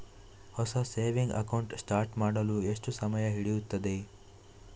ಹೊಸ saving account start ಮಾಡಲು ಎಷ್ಟು ಸಮಯ ಹಿಡಿಯುತ್ತದೆ?